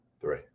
three